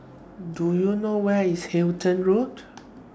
Do YOU know Where IS Halton Road